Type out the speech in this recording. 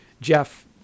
Jeff